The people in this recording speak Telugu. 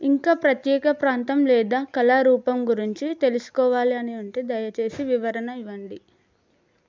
ఇంకా ప్రత్యేక ప్రాంతం లేదా కళారూపం గురించి తెలుసుకోవాలని ఉంటే దయచేసి వివరణ ఇవ్వండి